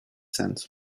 sense